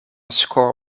score